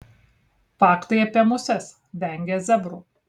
faktai apie muses vengia zebrų